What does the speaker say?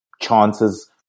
chances